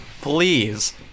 please